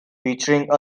featuring